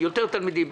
יותר תלמידים,